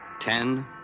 Ten